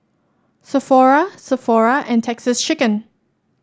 Sephora Sephora and Texas Chicken